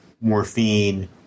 morphine